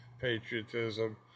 patriotism